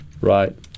Right